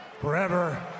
forever